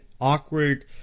awkward